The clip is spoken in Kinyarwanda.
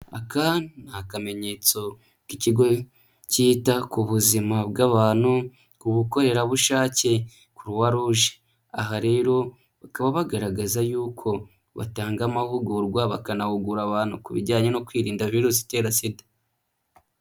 Aka ni akamenyetso k'ikigo cyita ku buzima bw'abantu ku bukorerabushake croix rouge, aha rero bakaba bagaragaza yuko batanga amahugurwa, bakanahugura abantu ku bijyanye no kwirinda virusi itera SIDA.